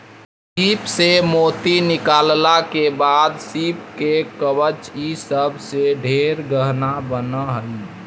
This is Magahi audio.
सीप से मोती निकालला के बाद सीप के कवच ई सब से ढेर गहना बन हई